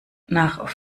nach